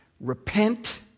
Repent